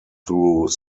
through